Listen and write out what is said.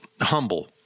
humble